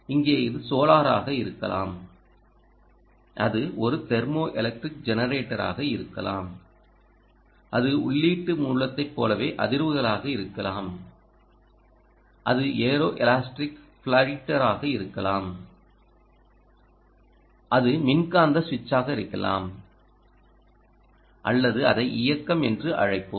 இங்கே அது சோலாராக இருக்கலாம் அது ஒரு தெர்மோஎலக்ட்ரிக் ஜெனரேட்டராக இருக்கலாம் அது உள்ளீட்டு மூலத்தைப் போலவே அதிர்வுகளாக இருக்கலாம் அது ஏரோ எலாஸ்டிக் ஃப்ளட்டராக இருக்கலாம் அது மின்காந்த சுவிட்சாக இருக்கலாம் அல்லது அதை இயக்கம் என்று அழைப்போம்